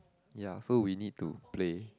ya so we need to play